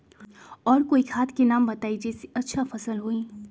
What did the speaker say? और कोइ खाद के नाम बताई जेसे अच्छा फसल होई?